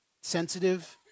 Sensitive